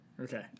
Okay